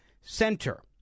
Center